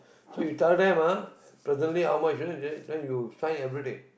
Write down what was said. so you tell them ah presently how much you then you sign everyday